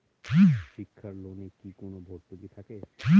শিক্ষার লোনে কি কোনো ভরতুকি থাকে?